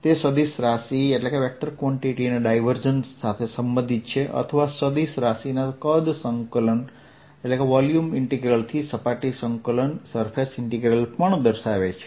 તે સદિશ રાશી ના ડાયવર્જન્સ સાથે સંબંધિત છે અથવા સદિશ રાશિના કદ સંકલન થી સપાટી સંકલન પણ દર્શાવે છે